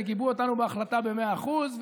וגיבו אותנו בהחלטה במאה אחוז,